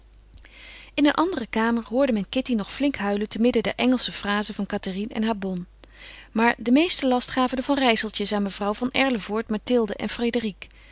in een andere kamer hoorde men kitty nog flink huilen te midden der engelsche frazen van cathérine en haar bonne maar den meesten last gaven de van rijsseltjes aan mevrouw van erlevoort mathilde en